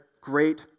great